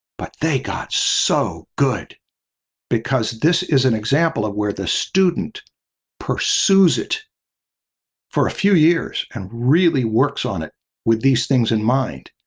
but they got so good because this is an example of where the student pursues it for a few years and really works on it with these things in mind,